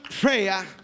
prayer